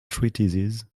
treatises